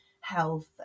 health